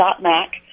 .Mac